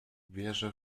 wierzę